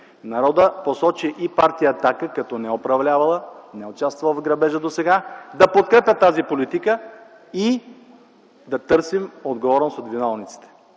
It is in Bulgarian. Народът посочи и партия „Атака” като не управлявала, не участвала в грабежа досега, да подкрепя тази политика и да търсим отговорност от виновниците.